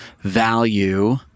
value